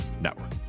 network